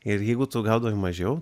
ir jeigu tu gaudavai mažiau